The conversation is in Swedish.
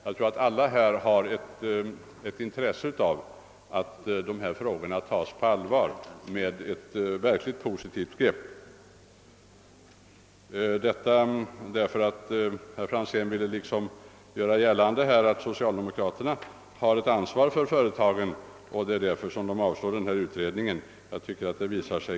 Jag tror att alla här i kammaren har intresse av att dessa frågor tas på allvar och behandlas med ett verkligt positivt grepp. Detta vill jag säga därför att herr Franzén i Motala ville göra gällande att socialdemokraterna har ett ansvar för företagen och just därför avstyrkt den utredning som utskottsmajoriteten hemställer om.